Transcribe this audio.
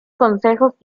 consejos